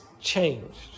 changed